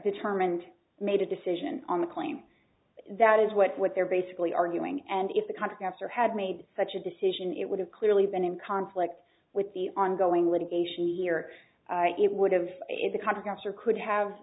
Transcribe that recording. determined made a decision on the claim that is what what they're basically arguing and if the congress after had made such a decision it would have clearly been in conflict with the ongoing litigation here it would have if the congress or could have